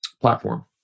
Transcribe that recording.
platform